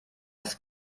das